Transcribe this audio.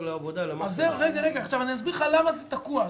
אדוני היושב-ראש, אני אסביר לך למה זה תקוע.